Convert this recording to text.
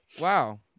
Wow